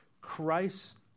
Christ